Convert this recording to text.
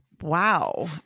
Wow